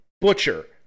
butcher